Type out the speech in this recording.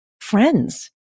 friends